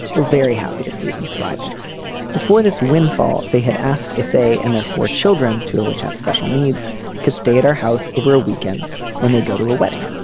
we're very happy to see them thriving before this windfall. they had asked if they and their four children two of which have special needs could stay at our house over a weekend when they go to a wedding.